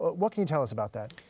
ah what can you tell us about that?